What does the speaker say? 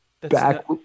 Back